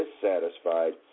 dissatisfied